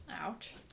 Ouch